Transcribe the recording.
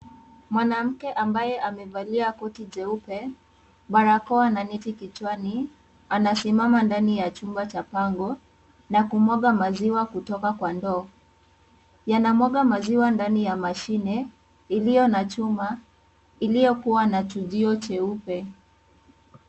Mwanamke ambaye amevalia koti jeupe, barakoa na neti kichwani, anasimama ndani ya chumba cha pango na kumwaga maziwa kutoka kwa ndoo. Yanamwaga maziwa ndani ya mashine, iliyo na chuma, iliyokuwa na chujio cheupe.